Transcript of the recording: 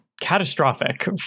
catastrophic